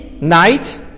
night